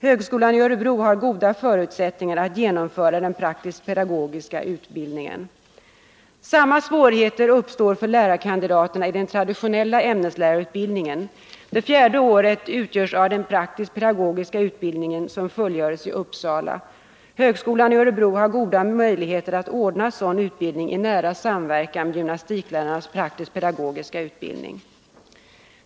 Högskolan i Örebro har goda förutsättningar att genomföra den praktisk-pedagogiska utbildningen. Samma svårigheter uppstår för lärarkandidaterna i den traditionella ämneslärarutbildningen. Det fjärde året utgörs av den praktisk-pedagogiska utbildningen som fullgörs i Uppsala. Högskolan i Örebro har goda möjligheter att ordna sådan utbildning i nära samverkan med gymnastiklärarnas praktisk-pedagogiska utbildning.